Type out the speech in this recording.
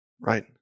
right